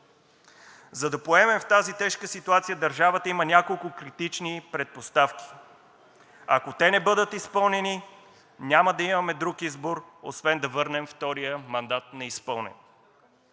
За да поемем в тази тежка ситуация, държавата има няколко критични предпоставки. Ако те не бъдат изпълнени, няма да имаме друг избор, освен да върнем втория мандат неизпълнен.